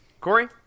Corey